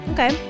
Okay